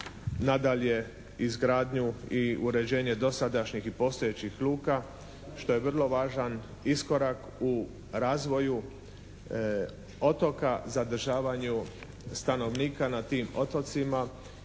Nadalje, izgradnju i uređenje dosadašnjih i postojećih luka što je vrlo važan iskorak u razvoju otoka, zadržavanju stanovnika na tim otocima